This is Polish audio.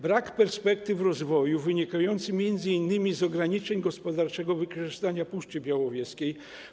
Brak perspektyw rozwoju, wynikający m.in. z ograniczeń gospodarczego wykorzystania Puszczy Białowieskiej.